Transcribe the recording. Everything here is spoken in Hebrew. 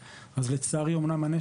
גם בלי לתפוס את הנשק.